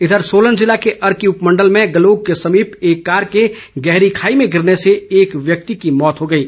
इधर सोलन जिले के अर्की उपमण्डल में गलोग के समीप एक कार के गहरी खाई में गिरने से एक व्यक्ति की मौत हो गई है